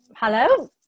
hello